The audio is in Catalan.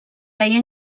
feia